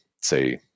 say